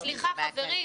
סליחה, חברים.